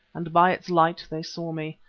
and by its light they saw me,